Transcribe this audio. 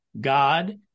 God